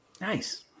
Nice